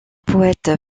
poète